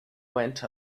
went